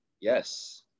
yes